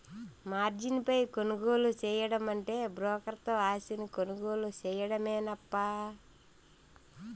margin పై కొనుగోలు సేయడమంటే బ్రోకర్ తో ఆస్తిని కొనుగోలు సేయడమేనప్పా